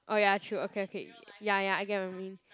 oh ya true okay okay ya ya I get what you mean